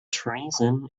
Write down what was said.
treason